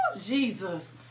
Jesus